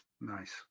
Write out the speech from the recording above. Nice